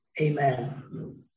Amen